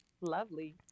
Lovely